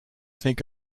think